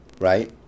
Right